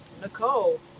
Nicole